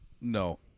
no